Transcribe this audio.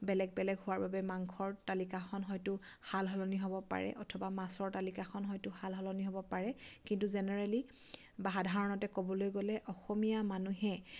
বেলেগ বেলেগ হোৱাৰ বাবে মাংসৰ তালিকাখন হয়তো সাল সলনি হ'ব পাৰে অথবা মাছৰ তালিকাখন হয়তো সাল সলনি হ'ব পাৰে কিন্তু জেনেৰেলি বা সাধাৰণতে ক'বলৈ গ'লে অসমীয়া মানুহে